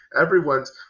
Everyone's